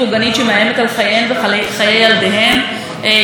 יותר כסף לשיקום והיכולת,